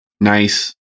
nice